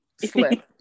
slip